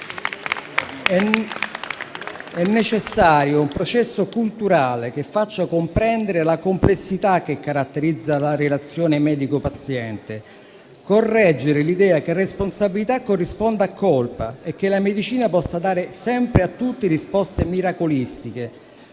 È necessario un processo culturale, che faccia comprendere la complessità che caratterizza la relazione medico-paziente e corregga l'idea che responsabilità corrisponda a colpa e che la medicina possa dare sempre a tutti risposte miracolistiche.